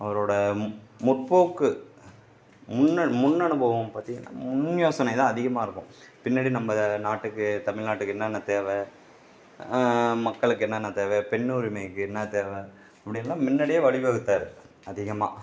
அவரோட முற்போக்கு முன் முன் அனுபவம் பார்த்திங்கனா முன் யோசனைதான் அதிகமாக இருக்கும் பின்னாடி நம்ம நாட்டுக்கு தமிழ்நாட்டுக்கு என்னென்னா தேவை மக்களுக்கு என்னென்னா தேவை பெண்ணுரிமைக்கு என்ன தேவை இப்படியெல்லாம் முன்னாடியே வழிவகுத்தார் அதிகமாக